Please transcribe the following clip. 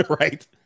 right